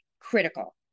critical